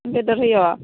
बेदर होयो